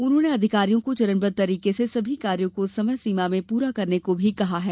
उन्होंने अधिकारियों को चरणबद्ध तरीके से सभी कार्यो को समय सीमा में पूरा करने को कहा है